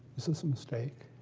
this is a mistake.